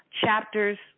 chapters